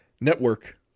network